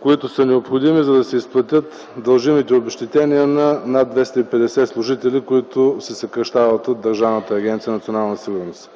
които са необходими, за да се изплатят дължимите обезщетения на над 250 служители, които се съкращават от